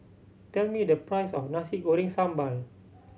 tell me the price of Nasi Goreng Sambal